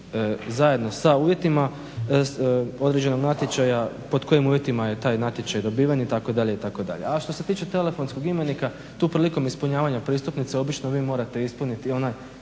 zajedno sa uvjetima određenog natječaja, pod kojim uvjetima je taj natječaj dobiven itd., itd. A što se tiče telefonskog imena tu prilikom ispunjavanja pristupnice obično vi morate ispuniti onaj,